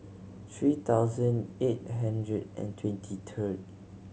three thousand eight hundred and twenty two